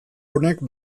honek